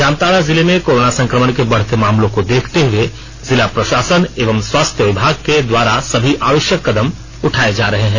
जामताड़ा जिले में कोरोना संक्रमण के बढ़ते मामलों को देखते हुए जिला प्रशासन एवं स्वास्थ्य विभाग के द्वारा सभी आवश्यक कदम उठाए जा रहे हैं